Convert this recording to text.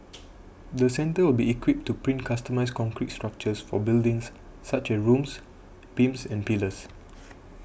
the centre will be equipped to print customised concrete structures for buildings such as rooms beams and pillars